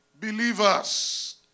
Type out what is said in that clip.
believers